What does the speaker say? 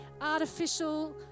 artificial